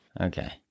Okay